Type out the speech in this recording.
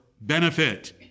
benefit